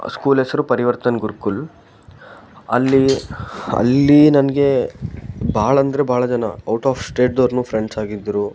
school ಹೆಸರು ಪರಿವರ್ತನ ಗುರ್ಕುಲ್ ಅಲ್ಲಿ ಅಲ್ಲಿ ನನಗೆ ಭಾಳಂದರೆ ಭಾಳ ಜನ ಔಟ್ ಆಫ್ ಸ್ಟೇಟ್ದವರ್ನೂ ಫ್ರೆಂಡ್ಸ್ ಆಗಿದ್ದರು